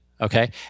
Okay